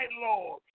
Lord